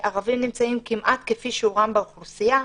ערבים נמצאים כמעט כפי שיעורם באוכלוסייה,